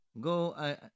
go